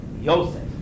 Yosef